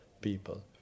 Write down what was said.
people